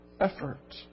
effort